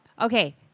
Okay